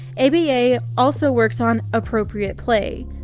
aba also works on appropriate play.